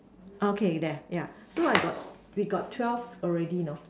okay yeah yeah so I got we got twelve already you know